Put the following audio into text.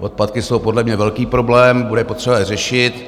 Odpadky jsou podle mě velký problém, bude potřeba je řešit.